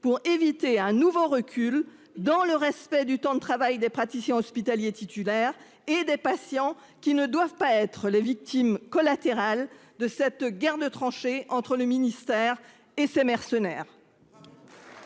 pour éviter un nouveau recul dans le respect du temps de travail des praticiens hospitaliers titulaires et des patients qui ne doivent pas être les victimes collatérales de cette guerre de tranchées entre le ministère et ses mercenaires.